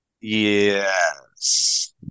Yes